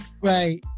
Right